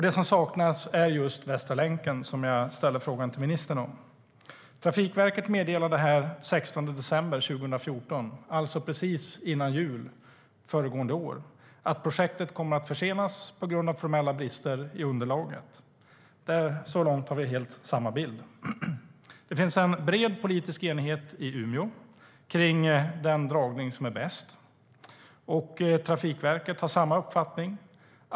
Det som saknas är just Västra länken som jag ställde frågan till ministern om. Den 16 december 2014 - alltså precis före jul föregående år - meddelade Trafikverket att projektet kommer att försenas på grund av formella brister i underlaget. Så långt har vi samma bild. Det finns en bred politisk enighet i Umeå om den dragning som är bäst. Trafikverket har samma uppfattning.